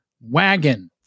wagon